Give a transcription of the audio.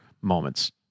moments